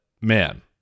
man